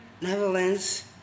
Netherlands